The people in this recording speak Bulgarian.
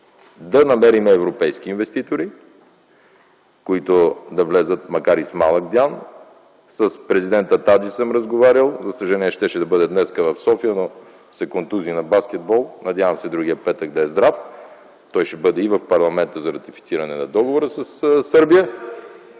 да намерим европейски инвеститори, които да влязат макар и с малък дял. С президента Тадич съм разговарял. Щеше да бъде днес в София, но, за съжаление, се контузи на баскетбол – надявам се другия петък да е здрав. Той ще бъде и в парламента за ратифициране на договора със Сърбия.